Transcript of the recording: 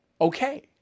Okay